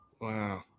Wow